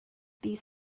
these